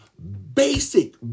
basic